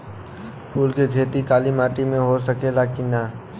फूल के खेती काली माटी में हो सकेला की ना?